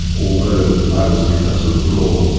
although i was a professor of law,